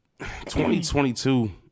2022